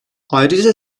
ayrıca